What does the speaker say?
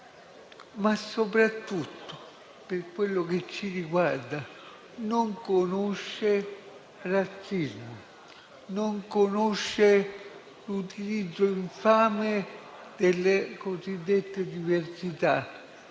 soprattutto, però, per quello che ci riguarda, non conosce razzismi, non conosce l'utilizzo infame delle cosiddette diversità: